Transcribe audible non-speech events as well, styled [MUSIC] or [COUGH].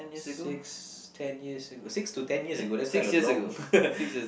six ten years ago six to ten years ago that's kind of long [LAUGHS]